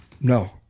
no